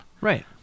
right